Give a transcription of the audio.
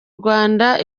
rwanda